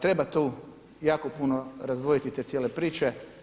Treba tu jako puno razdvojiti te cijele priče.